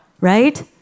right